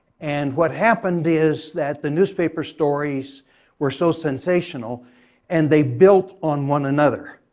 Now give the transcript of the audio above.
and what happened is that the newspaper stories were so sensational and they built on one another.